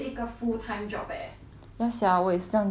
ya sia 我也是这样觉得现在 part time 也是很少 eh